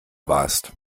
warst